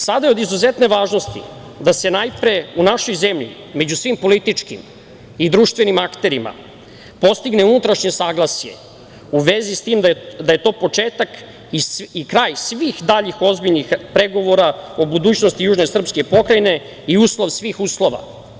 Sada je od izuzetne važnosti da se najpre u našoj zemlji među svim političkim i društvenim akterima postigne unutrašnje saglasje u vezi s tim da je to početak i kraj svih daljih ozbiljnih pregovora o budućnosti južne srpske pokrajine i uslov svih uslova.